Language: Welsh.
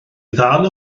ddal